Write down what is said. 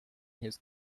his